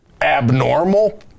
abnormal